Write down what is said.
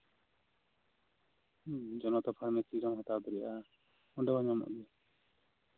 ᱦᱩᱸ ᱡᱚᱱᱚᱛᱟ ᱯᱷᱟᱨᱢᱮᱥᱤ ᱨᱮᱦᱚᱸᱢ ᱦᱟᱛᱟᱣ ᱫᱟᱲᱮᱭᱟᱜᱼᱟ ᱚᱸᱰᱮ ᱦᱚᱸ ᱧᱟᱢᱚᱜ ᱜᱮᱭᱟ